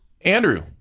Andrew